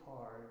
hard